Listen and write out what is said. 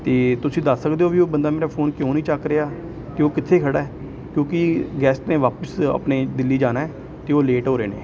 ਅਤੇ ਤੁਸੀਂ ਦੱਸ ਸਕਦੇ ਹੋ ਵੀ ਉਹ ਬੰਦਾ ਮੇਰਾ ਫੋਨ ਕਿਉਂ ਨਹੀਂ ਚੱਕ ਰਿਹਾ ਅਤੇ ਉਹ ਕਿੱਥੇ ਖੜ੍ਹਾ ਕਿਉਂਕਿ ਗੈਸਟ ਨੇ ਵਾਪਸ ਆਪਣੇ ਦਿੱਲੀ ਜਾਣਾ ਅਤੇ ਉਹ ਲੇਟ ਹੋ ਰਹੇ ਨੇ